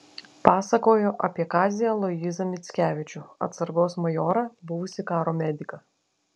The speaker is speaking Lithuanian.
pasakojo apie kazį aloyzą mickevičių atsargos majorą buvusį karo mediką